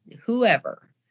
whoever